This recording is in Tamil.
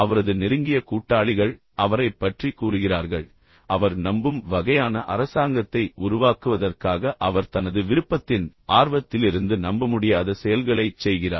அவரது நெருங்கிய கூட்டாளிகள் அவரைப் பற்றி கூறுகிறார்கள் அவர் நம்பும் வகையான அரசாங்கத்தை உருவாக்குவதற்காக அவர் தனது விருப்பத்தின் ஆர்வத்திலிருந்து நம்பமுடியாத செயல்களைச் செய்கிறார்